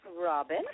Robin